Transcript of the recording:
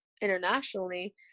internationally